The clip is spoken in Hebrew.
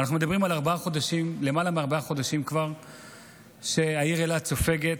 אנחנו מדברים כבר על למעלה מארבעה חודשים שהעיר אילת סופגת.